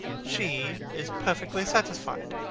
she is perfectly satisfied.